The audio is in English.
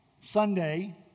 Sunday